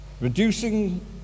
reducing